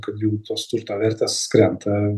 kad jų tos turto vertės krenta